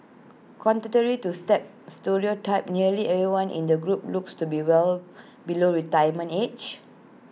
contrary to step stereotype nearly everyone in the group looks to be well below retirement age